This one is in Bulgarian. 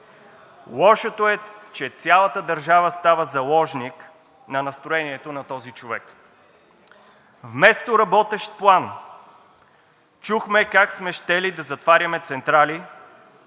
Лошото е, че цялата държава става заложник на настроението на този човек. Вместо работещ план, чухме как сме щели да затваряме централи,